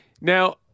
Now